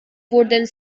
wurden